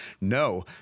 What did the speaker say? no